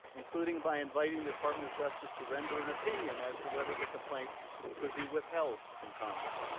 including by inviting the department of justice to render an opinion as to whether the complaint could be withheld from congress.